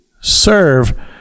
serve